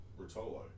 Rotolo